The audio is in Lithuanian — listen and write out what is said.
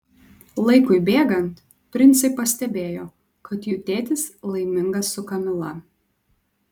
laikui bėgant princai pastebėjo kad jų tėtis laimingas su kamila